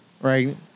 right